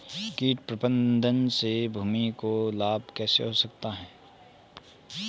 कीट प्रबंधन से भूमि को लाभ कैसे होता है?